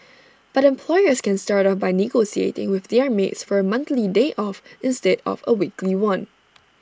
but employers can start off by negotiating with their maids for A monthly day off instead of A weekly one